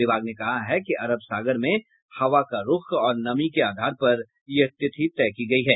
विभाग ने कहा है कि अरब सागर में हवा की रूख और नमी के आधार पर यह तिथि तय की गयी है